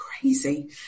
crazy